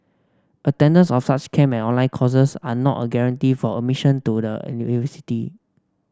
attendance of such camp and online courses are not a guarantee for admission to the university